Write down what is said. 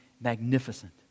magnificent